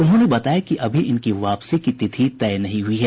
उन्होंने बताया कि अभी इनकी वापसी की तिथि तय नहीं हुई है